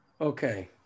Okay